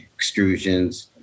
extrusions